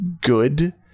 good